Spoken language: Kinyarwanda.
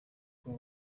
ngo